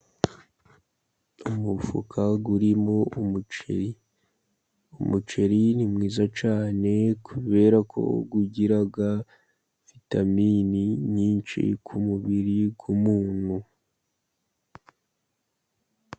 Umufuka urimo umuceri ,umuceri ni mwiza cyane kubera ko ugira vitamini nyinshi ku mubiri w'umuntu.